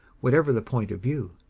whatever the point of view.